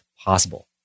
possible